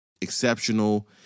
exceptional